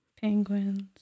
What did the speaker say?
Penguins